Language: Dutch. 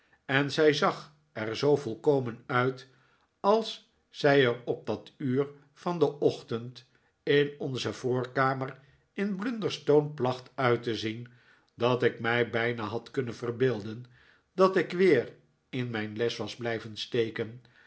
en zij zag er zoo volkomen uit als zij er op dat uur van den ochtend in onze voorkamer in blunderstone placht uit te zien dat ik mij bijna had kunnen verbeelden dat ik weer in mijn les was blijven steken